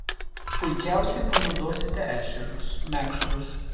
puikiausiai panaudosite ešerius mekšrus